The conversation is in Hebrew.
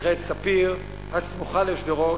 מכללת "ספיר" הסמוכה לשדרות.